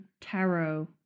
tarot